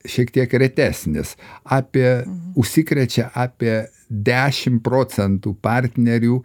šiek tiek retesnis apie užsikrečia apie dešimt procentų partnerių